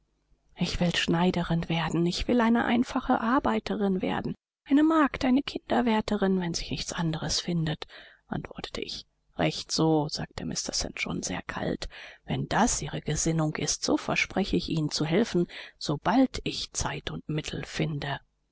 ich will schneiderin werden ich will eine einfache arbeiterin werden eine magd eine kinderwärterin wenn sich nichts anderes findet antwortete ich recht so sagte mr st john sehr kalt wenn das ihre gesinnung ist so verspreche ich ihnen zu helfen sobald ich zeit und mittel finde